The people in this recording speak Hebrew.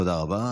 תודה רבה.